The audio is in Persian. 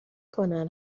کنن